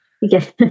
Yes